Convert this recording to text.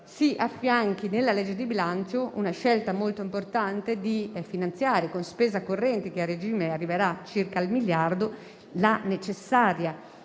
si affianchi nel disegno di legge di bilancio la scelta importante di finanziare con spesa corrente, che a regime arriverà circa al miliardo, il necessario